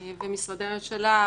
ומשרדי הממשלה,